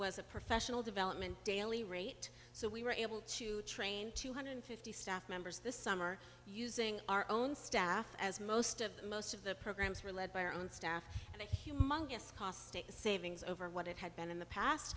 was a professional development daily rate so we were able to train two hundred fifty staff members this summer using our own staff as most of the most of the programs were led by our own staff and a humongous cost to savings over what it had been in the past